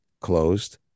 closed